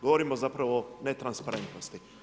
Govorimo zapravo o netransparentnosti.